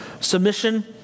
submission